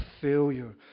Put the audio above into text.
failure